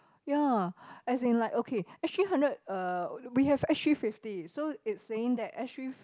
ya as in like okay s_g hundred uh we have s_g fifty so it's saying that s_g